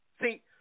see